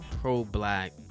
pro-black